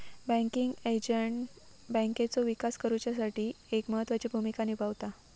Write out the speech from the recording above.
banking agent बँकेचो विकास करुच्यासाठी एक महत्त्वाची भूमिका निभावता